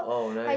oh nice